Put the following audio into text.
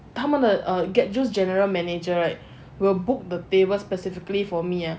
他们的 Get Juiced general manager right will book the table specifically for me ah